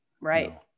Right